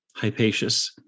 Hypatius